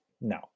no